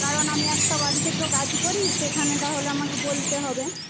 কারণ আমি একটা বাড়িতে তো কাজ করি সেখানে তাহলে আমাকে বলতে হবে